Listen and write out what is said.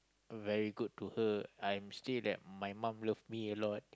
very good to her I'm still that my mom love me a lot